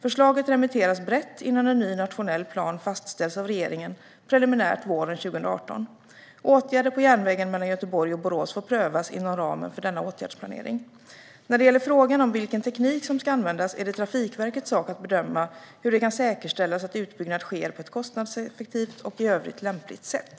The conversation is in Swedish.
Förslaget remitteras brett innan en ny nationell plan fastställs av regeringen, preliminärt våren 2018. Åtgärder på järnvägen mellan Göteborg och Borås får prövas inom ramen för denna åtgärdsplanering. När det gäller frågan om vilken teknik som ska användas är det Trafikverkets sak att bedöma hur det kan säkerställas att utbyggnad sker på ett kostnadseffektivt och i övrigt lämpligt sätt.